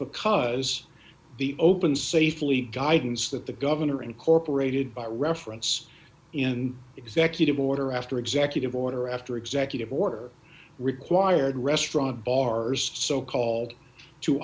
because the open safely guidance that the governor incorporated by reference in executive order after executive order after executive order required restaurant bars so called to